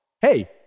Hey